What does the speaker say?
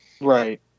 Right